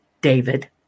David